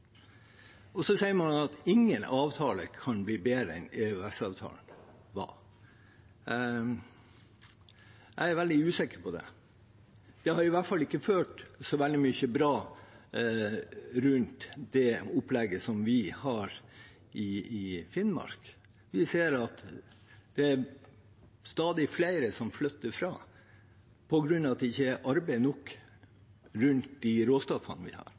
sier at ingen avtale kan bli bedre enn EØS-avtalen var. Jeg er veldig usikker på det. Det har i hvert fall ikke ført til så veldig mye bra rundt det opplegget som vi har i Finnmark. Vi ser at det er stadig flere som flytter på grunn av at det ikke er arbeid nok rundt de råstoffene vi har.